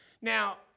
Now